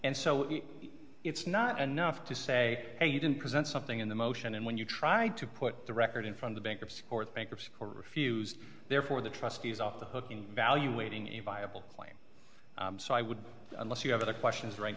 and so it's not enough to say hey you didn't present something in the motion and when you tried to put the record in from the bankruptcy court bankruptcy court refused therefore the trustees off the hook in valuating a viable claim so i would unless you have other questions right